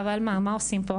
אבל מה עושים פה?